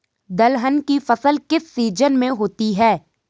दलहन की फसल किस सीजन में होती है?